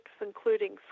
including